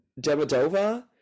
Demidova